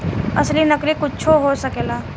असली नकली कुच्छो हो सकेला